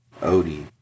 Odie